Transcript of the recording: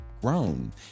Grown